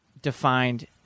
Defined